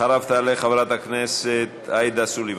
אחריו תעלה חברת הכנסת עאידה תומא סלימאן.